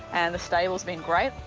the stable has been great.